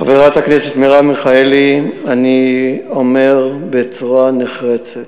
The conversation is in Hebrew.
חברת הכנסת מרב מיכאלי, אני אומר בצורה נחרצת: